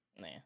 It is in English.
Nah